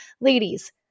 ladies